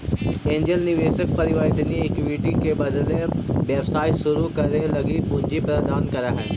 angel निवेशक परिवर्तनीय equity के बदले व्यवसाय शुरू करे लगी पूंजी प्रदान करऽ हइ